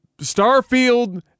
Starfield